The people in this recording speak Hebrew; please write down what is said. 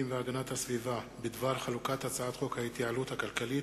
והגנת הסביבה בדבר חלוקת הצעת חוק ההתייעלות הכלכלית